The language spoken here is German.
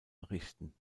errichten